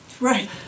Right